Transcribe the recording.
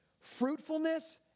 fruitfulness